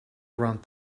around